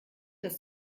das